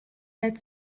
had